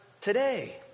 today